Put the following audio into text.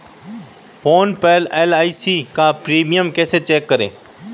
Phone पर एल.आई.सी का premium कैसे चेक करें?